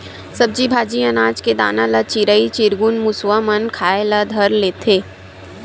सब्जी भाजी, अनाज के दाना ल चिरई चिरगुन, मुसवा मन खाए ल धर लेथे